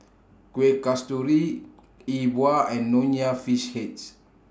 Kueh Kasturi E Bua and Nonya Fish Heads